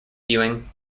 viewing